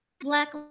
Black